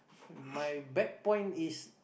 my bad point is